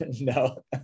No